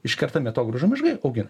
iškertami atogrąžų miškai ogi